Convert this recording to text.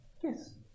Yes